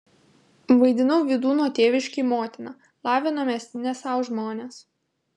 vaidinau vydūno tėviškėj motiną lavinomės ne sau žmonės